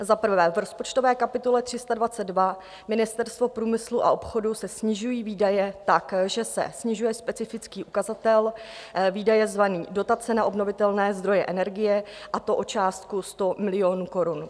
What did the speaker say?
V rozpočtové kapitole 322 Ministerstvo průmyslu a obchodu se snižují výdaje tak, že se snižuje specifický ukazatel výdaje zvaný Dotace na obnovitelné zdroje energie, a to o částku 100 milionů korun.